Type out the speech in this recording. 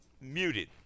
muted